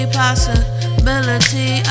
possibility